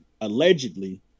allegedly